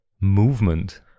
movement